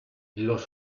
los